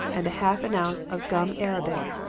and half an ounce of gum arabic,